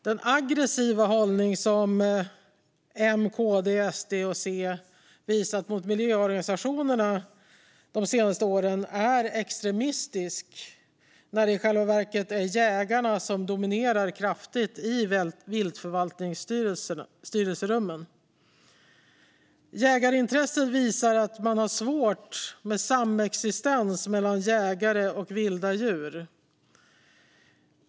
Den aggressiva hållning som M, KD, SD och C har visat mot miljöorganisationerna de senaste åren är extremistisk när det i själva verket är jägarna som dominerar kraftigt i viltförvaltningsstyrelserummen. Jägarintressen visar att man har svårt med samexistens mellan jägare och vilda djur.